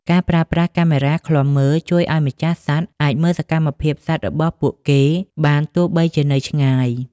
ការប្រើប្រាស់កាមេរ៉ាឃ្លាំមើល ជួយឱ្យម្ចាស់សត្វអាចមើលសកម្មភាពសត្វរបស់ពួកគេបានទោះបីជានៅឆ្ងាយ។